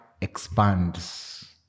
expands